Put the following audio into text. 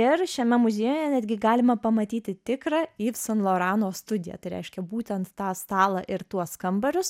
ir šiame muziejuje netgi galima pamatyti tikrą yv saint lorano studiją tai reiškia būtent tą stalą ir tuos kambarius